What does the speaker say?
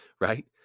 Right